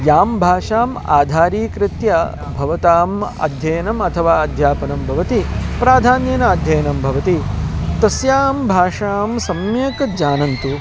यां भाषाम् आधारीकृत्य भवताम् अध्ययनम् अथवा अध्यापनं भवति प्राधान्येन अध्ययनं भवति तस्यां भाषां सम्यक् जानन्तु